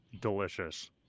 delicious